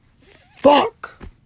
Fuck